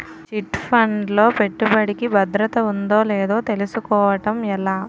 Chit fund లో పెట్టుబడికి భద్రత ఉందో లేదో తెలుసుకోవటం ఎలా?